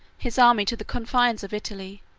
his army to the confines of italy,